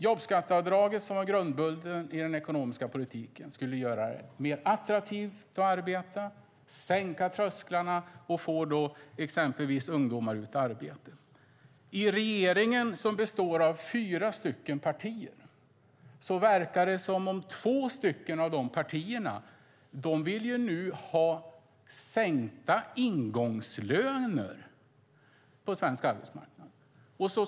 Jobbskatteavdraget, som var grundbulten i den ekonomiska politiken, skulle göra det attraktivare att arbeta, sänka trösklarna och få exempelvis ungdomar ut i arbete. Av regeringens fyra partier verkar det som att två nu vill ha sänkta ingångslöner på svensk arbetsmarknad.